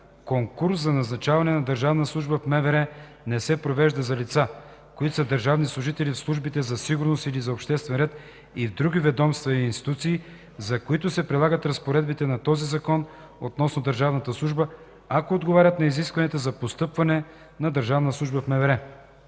Конкурс за назначаване на държавна служба в МВР не се провежда за лица, които са държавни служители в службите за сигурност или за обществен ред и в други ведомства и институции, за които се прилагат разпоредбите на този закон относно държавната служба, ако отговарят на изискванията за постъпване на